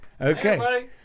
okay